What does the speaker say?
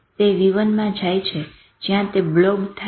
તે v1 માં જાય છે જ્યાં તે બ્લોબ થાય છે